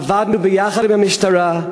עבדנו ביחד עם המשטרה,